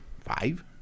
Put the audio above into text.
Five